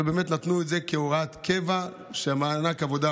ובאמת נתנו את זה כהוראת קבע, ומענק עבודה